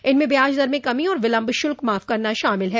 इनमें ब्याजदर में कमी और विलम्ब शुल्क माफ करना शामिल है